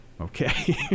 okay